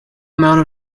amount